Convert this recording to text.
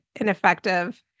ineffective